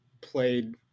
played